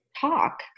talk